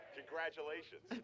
Congratulations